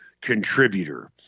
contributor